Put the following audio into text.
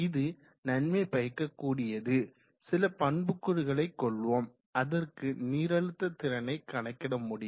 இது நன்மைபயக்கக் கூடியது சில பண்புக்கூறுகளை கொள்வோம் அதற்கு நீரழுத்த திறனை கணக்கிட முடியும்